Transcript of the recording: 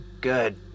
good